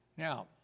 Now